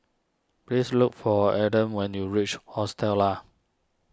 please look for Aaden when you reach Hostel Lah